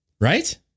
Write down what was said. Right